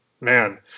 man